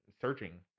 searching